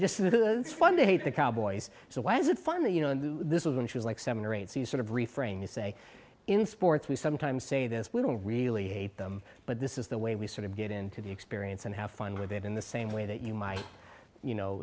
was fun to hate the cowboys so why is it funny you know this was when she was like seven or eight seed sort of refrain is say in sports we sometimes say this we don't really hate them but this is the way we sort of get into the experience and have fun with it in the same way that you might you know